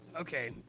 okay